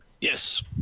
yes